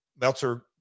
Meltzer